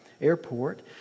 airport